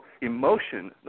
emotion